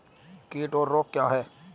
कीट और रोग क्या हैं?